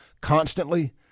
constantly